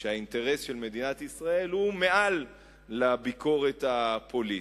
שהאינטרס של מדינת ישראל הוא מעל לביקורת הפוליטית.